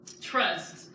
trust